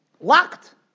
Locked